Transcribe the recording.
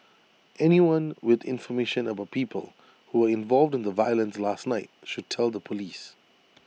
anyone with information about people who were involved in the violence last night should tell the Police